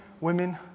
women